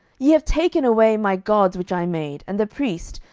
ye have taken away my gods which i made, and the priest,